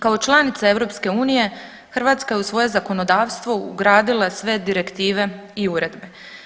Kao članica EU Hrvatska je u svoje zakonodavstvo ugradila sve direktive i uredbe.